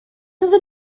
oedd